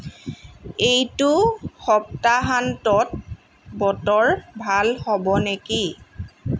এইটো সপ্তাহান্তত বতৰ ভাল হ'ব নেকি